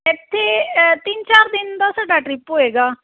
ਇੱਥੇ ਤਿੰਨ ਚਾਰ ਦਿਨ ਦਾ ਸਾਡਾ ਟਰਿੱਪ ਹੋਏਗਾ